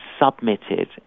submitted